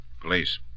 Police